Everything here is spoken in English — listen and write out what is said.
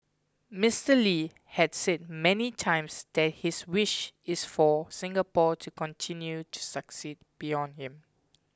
Mister Lee had said many times that his wish is for Singapore to continue to succeed beyond him